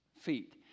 feet